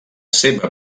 seva